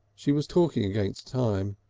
she was talking against time.